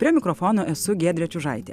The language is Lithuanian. prie mikrofono esu giedrė čiužaitė